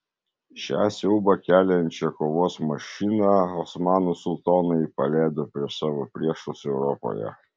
šią siaubą keliančią kovos mašiną osmanų sultonai paleido prieš savo priešus europoje